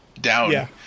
down